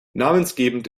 namensgebend